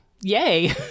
yay